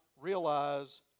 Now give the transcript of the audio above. realize